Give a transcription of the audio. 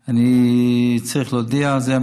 אני צריך להודיע על זה.